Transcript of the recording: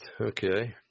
okay